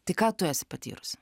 tai ką tu esi patyrusi